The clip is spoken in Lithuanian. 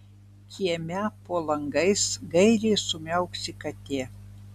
kieme po langais gailiai sumiauksi katė